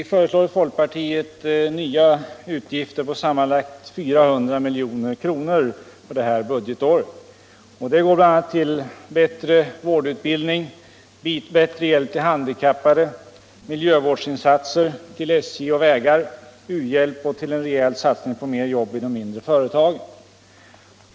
Herr talman! Folkpartiet föreslår nya utgifter på sammanlagt 400 milj.kr. för det här budgetåret. Det går bl.a. till bättre vårdutbildning, bättre hjälp till handikappade, miljövårdsinsatser, SJ, vägar, u-hjälp och en rejäl satsning på mer jobb i de mindre företagen.